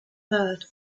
third